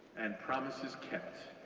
and promises kept.